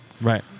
Right